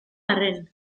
arren